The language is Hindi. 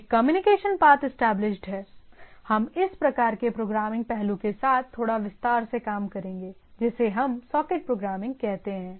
एक कम्युनिकेशन पाथ इस्टैबलिश्ड है